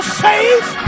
safe